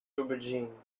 aubergine